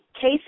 case